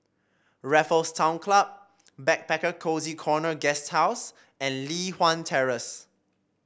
Raffles Town Club Backpacker Cozy Corner Guesthouse and Li Hwan Terrace